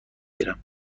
گیرم